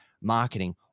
marketing